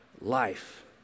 life